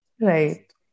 Right